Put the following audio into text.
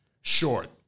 Short